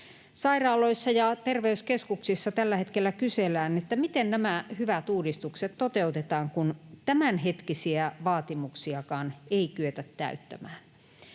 Sairaaloissa ja terveyskeskuksissa tällä hetkellä kysellään, miten nämä hyvät uudistukset toteutetaan, kun tämänhetkisiäkään vaatimuksia ei kyetä täyttämään.